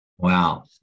Wow